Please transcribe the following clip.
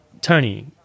Tony